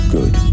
Good